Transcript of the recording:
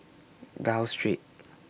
Gul Street